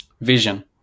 Vision